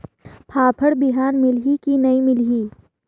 फाफण बिहान मिलही की नी मिलही?